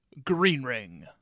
Greenring